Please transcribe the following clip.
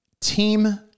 team